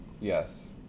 Yes